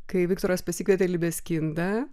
kai viktoras pasikvietė libeskindą